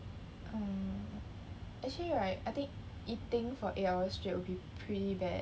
err actually right I think eating for eight hours straight would be pretty bad